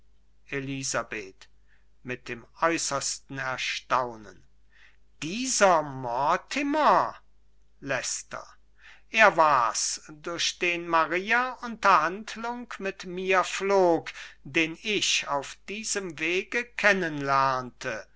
elisabeth mit dem äußersten erstaunen dieser mortimer leicester er war's durch den maria unterhandlung mit mir pflog den ich auf diesem wege